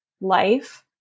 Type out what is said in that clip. life